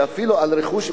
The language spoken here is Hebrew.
שאפילו על רכוש,